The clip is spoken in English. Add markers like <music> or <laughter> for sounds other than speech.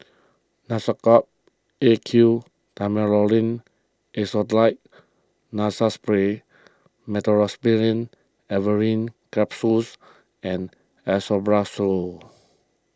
Nasacort A Q <unintelligible> Acetonide Nasal Spray Meteospasmyl Alverine Capsules and Esomeprazole